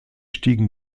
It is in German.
stiegen